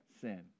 sin